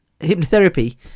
hypnotherapy